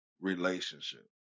relationship